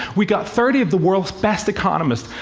we got thirty of the world's best economists,